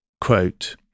quote